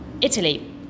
Italy